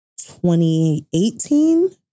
2018